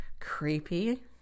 Creepy